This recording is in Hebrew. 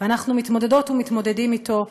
ואנחנו מתמודדות ומתמודדים אתו,